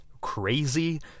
crazy